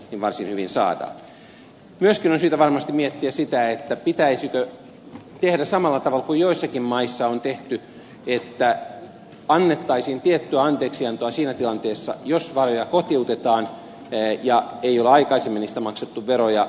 myöskin on syytä varmasti miettiä sitä pitäisikö tehdä samalla tavalla kuin joissakin maissa on tehty että annettaisiin tiettyä anteeksiantoa siinä tilanteessa jos varoja kotiutetaan eikä niistä ole aikaisemmin maksettu veroja